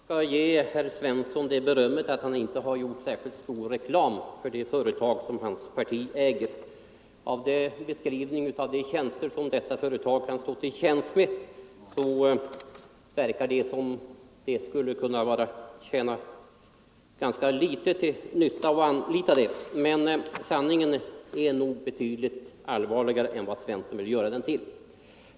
direktreklamföre Herr talman! Jag tror att man skall ge herr Svensson i Eskilstuna det tag berömmet att han inte har gjort särskilt mycket reklam för det företag som hans parti äger. Av hans beskrivning av de tjänster som detta företag kan erbjuda verkar det som om det skulle vara till ringa nytta att anlita det. Men sanningen är nog betydligt allvarligare än vad herr Svensson vill påskina.